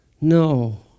No